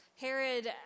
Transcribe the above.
Herod